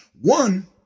One